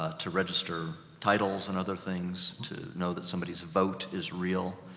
ah to register titles and other things, to know that somebody's vote is real.